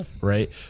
right